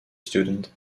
student